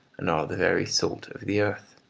and are the very salt of the earth.